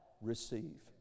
receive